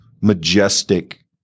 majestic